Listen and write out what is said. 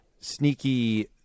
sneaky